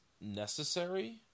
necessary